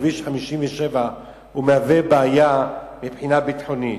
כביש 57 מהווה בעיה מבחינה ביטחונית.